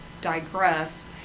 digress